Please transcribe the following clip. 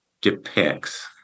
depicts